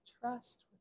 trust